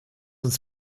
uns